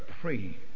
pray